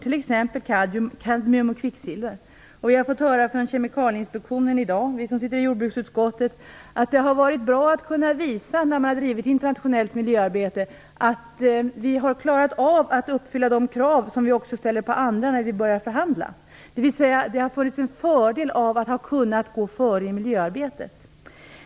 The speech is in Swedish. Vi som sitter i jordbruksutskottet har i dag fått höra från Kemikalieinspektionen att det har varit bra att kunna visa att Sverige har klarat av att uppfylla de krav vi också ställer på andra i internationellt miljöarbete. Det har varit bra när vi förhandlat. Det har varit en fördel att ha kunnat gå före i miljöarbetet.